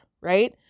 right